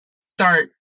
start